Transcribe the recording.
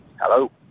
Hello